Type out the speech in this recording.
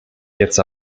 jetzt